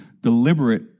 deliberate